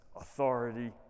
authority